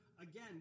again